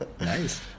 Nice